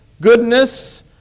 goodness